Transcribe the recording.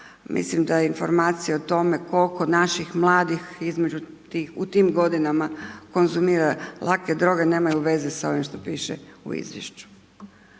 mislim da informacija o tome koliko naših mladih u tim godinama konzumira lake droge, nemaju veze sa ovim što piše u izvješću.